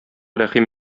рәхим